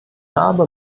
habe